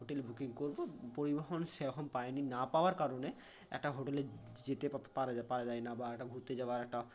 hotel booking করব পরিবহন সেরকম পাইনি না পাওয়ার কারণে একটা হোটেলে যেতে পারা যায় পারা যায় না বা একটা ঘুরতে যাওয়ার একটা